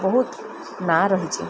ବହୁତ ନାଁ ରହିଛି